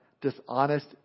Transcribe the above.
Dishonest